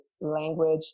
language